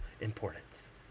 importance